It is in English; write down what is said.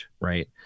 right